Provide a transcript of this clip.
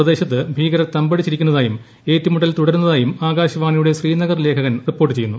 പ്രദേശത്ത് ഭീകരർ തമ്പടിച്ചിരിക്കുന്നതായും ഏറ്റുമുട്ടൽ തുടരുന്നതായും ആകാശവാണിയുടെ ശ്രീനഗർ ലേഖകൻ റിപ്പോർട്ട് ചെയ്യുന്നു